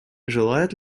желает